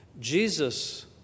Jesus